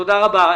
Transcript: תודה רבה.